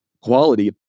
quality